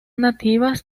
nativas